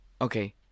Okay